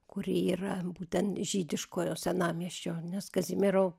kuri yra būtent žydiškojo senamiesčio nes kazimiero